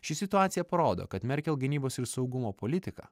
ši situacija parodo kad merkel gynybos ir saugumo politika